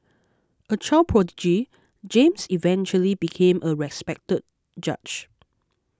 a child prodigy James eventually became a respected judge